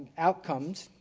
outcomes,